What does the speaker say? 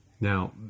Now